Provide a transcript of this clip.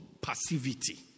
Passivity